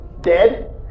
dead